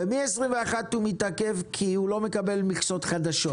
ומ-21' הוא מתעכב, כי הוא לא מקבל מכסות חדשות.